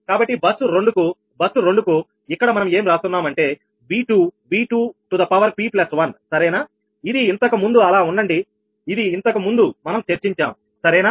కాబట్టి బస్సు 2 కు ఇక్కడ మనం ఏమి రాస్తున్నాం అంటే V2𝑉2 𝑝1 సరేనాఅలా ఉండండి ఇది ఇంతకు ముందు మనం చర్చించాం సరేనా